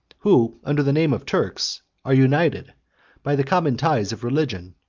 who, under the name of turks, are united by the common ties of religion,